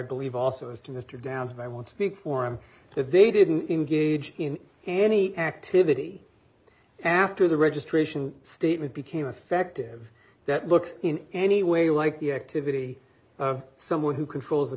believe also as to mr downs but i want to speak for him if they didn't engage in any activity after the registration statement became effective that looks in any way like the activity of someone who controls the